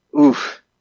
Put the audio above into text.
oof